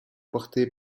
porté